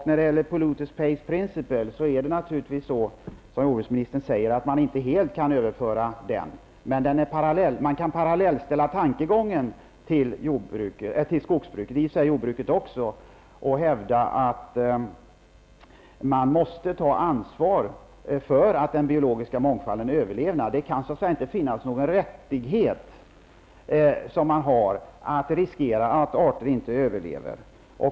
När det gäller polluter-pays-principle är det naturligtvis så som jordbruksministern säger, att man inte helt kan överföra den. Men vi kan parallellställa tankegången till skogsbruket och i och för sig även till jordbruket och hävda att man måste ta ansvar för att den biologiska mångfalden överlever. Det kan så att säga inte finnas någon rättighet som man har att riskera att arter inte överlever.